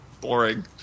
boring